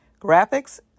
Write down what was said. graphics